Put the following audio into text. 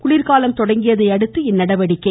குளிர்காலம் தொடங்கியதையடுத்து இந்நடவடிக்கை